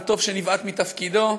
וטוב שנבעט מתפקידו.